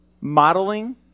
modeling